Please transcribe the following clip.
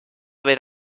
ver